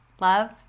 Love